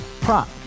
prop